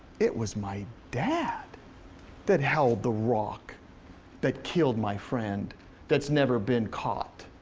it was my dad that held the rock that killed my friend that's never been caught.